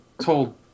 told